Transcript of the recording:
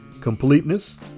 completeness